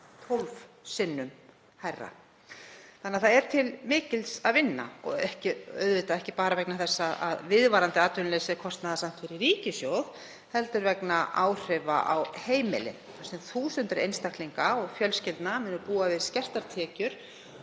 12 sinnum hærra. Það er því til mikils að vinna og auðvitað ekki bara vegna þess að viðvarandi atvinnuleysi er kostnaðarsamt fyrir ríkissjóð, heldur vegna áhrifa á heimilin þar sem þúsundir einstaklinga og fjölskyldna munu búa við skertar tekjur